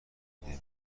دیده